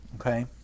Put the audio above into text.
okay